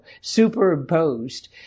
superimposed